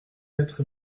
être